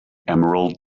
emerald